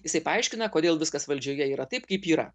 jisai paaiškina kodėl viskas valdžioje yra taip kaip yra